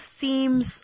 seems